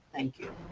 thank you.